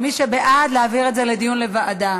מי שבעד, להעביר את זה לדיון לוועדה.